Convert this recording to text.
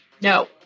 No